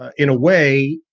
in a way,